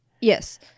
Yes